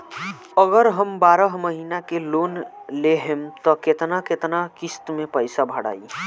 अगर हम बारह महिना के लोन लेहेम त केतना केतना किस्त मे पैसा भराई?